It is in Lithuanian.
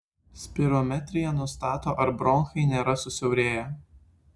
spirometrija nustato ar bronchai nėra susiaurėję